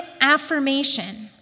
affirmation